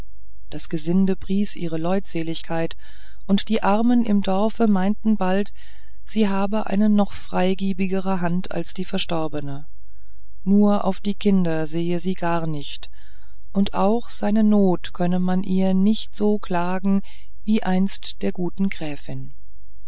das gesinde pries ihre leutseligkeit und die armen im dorfe meinten bald sie habe eine noch freigebigere hand als die verstorbene nur auf die kinder sehe sie gar nicht und auch seine not könne man ihr so nicht klagen wie einst der guten gräfin